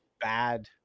bad